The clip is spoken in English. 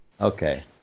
Okay